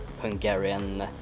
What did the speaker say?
Hungarian